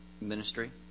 Ministry